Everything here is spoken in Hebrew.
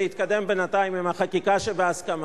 להתקדם בינתיים עם החקיקה שבהסכמה.